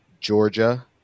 Georgia